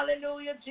Hallelujah